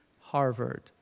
Harvard